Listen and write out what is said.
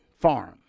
farm